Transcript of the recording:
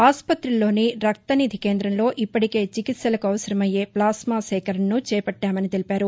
ఆసుపతిలోని రక్తనిధి కేందంలో ఇప్పటికే చికిత్సలకు అవసరమయ్యే ప్లాస్మా సేకరణను చేపట్టామన్నారు